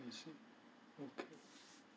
I see okay